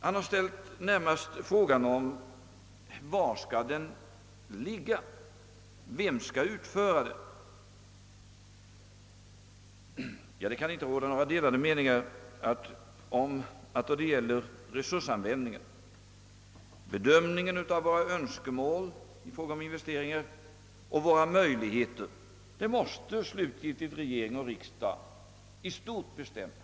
Han har närmast ställt frågan: Var skall den ligga? Vem skall utföra arbetet? Det kan inte råda några delade meningar om att då det gäller resursanvändningen, bedömningen av våra önskemål i fråga om våra investeringar och våra möjligheter, måste slutligen regering och riksdag i stort bestämma.